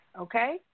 okay